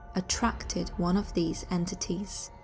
attracted one of these entities.